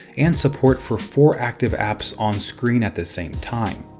and support for four active apps on-screen at the same time.